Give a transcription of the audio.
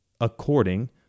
according